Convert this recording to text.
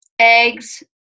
Eggs